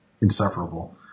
insufferable